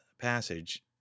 passage